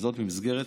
במסגרת